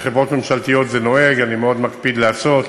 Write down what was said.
בחברות ממשלתיות זה נוהֵג, אני מאוד מקפיד לעשות.